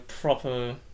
proper